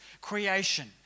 creation